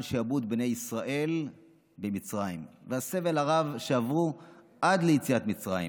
שעבוד בני ישראל במצרים והסבל הרב שעברו עד ליציאת מצרים.